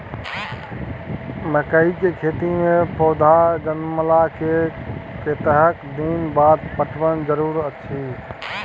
मकई के खेती मे पौधा जनमला के कतेक दिन बाद पटवन जरूरी अछि?